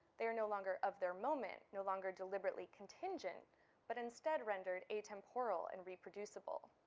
they are no longer of their moment, no longer deliberately contingent but instead rendered a temporal and reproducible.